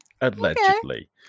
allegedly